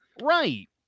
Right